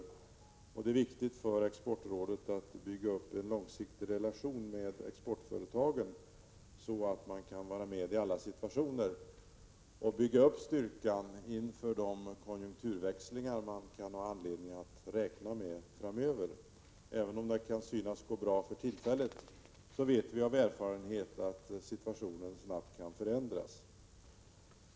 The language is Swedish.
För det första är det viktigt för Exportrådet att bygga upp en långsiktig relation med exportföretagen, så att man kan vara med i alla situationer och skaffa sig styrka inför de konjunkturväxlingar som det finns anledning att räkna med framöver. Även om det kan synas gå bra för tillfället, så vet vi av erfarenhet att situationen snabbt kan förändras.